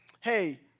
hey